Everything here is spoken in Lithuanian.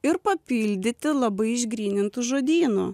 ir papildyti labai išgrynintu žodynu